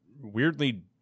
weirdly